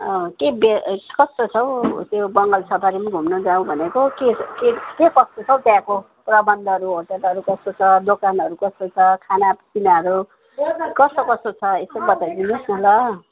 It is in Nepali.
अँ के बे कस्तो छौ त्यो बङ्गाल सफारी पनि घुम्नु जाउँ भनेको के के के कस्तो छ है त्यहाँको प्रबन्धहरू होटेलहरू कस्तो छ दोकानहरू कस्तो छ खाना पिनाहरू कस्तो कस्तो यसो बताइदिनुस् न ल